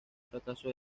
fracaso